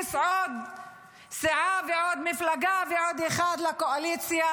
להכניס עוד סיעה ועוד מפלגה ועוד אחד לקואליציה,